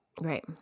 Right